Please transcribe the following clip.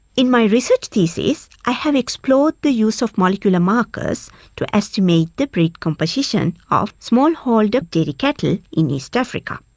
in my research thesis i have explored the use of molecular markers to estimate the breed composition of smallholder dairy cattle in east africa.